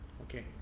okay